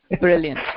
Brilliant